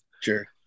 sure